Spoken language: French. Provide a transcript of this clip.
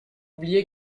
oubliait